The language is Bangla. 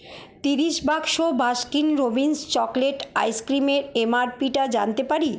ত্রিশ বাক্স বাস্কিন রবিন্স চকোলেট আইসক্রিমের এমআরপিটা জানতে পারি